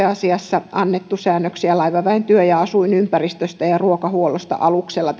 asiassa annettu säännöksiä laivaväen työ ja ja asuinympäristöstä ja ruokahuollosta aluksella